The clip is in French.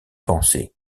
pensé